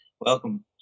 Welcome